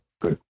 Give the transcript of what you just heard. good